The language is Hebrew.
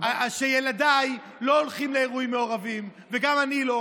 אני רוצה לתקן אותך שילדיי לא הולכים לאירועים מעורבים וגם אני לא,